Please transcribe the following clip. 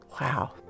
Wow